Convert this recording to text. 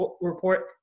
report